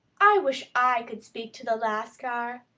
i wish i could speak to the lascar.